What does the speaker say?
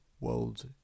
world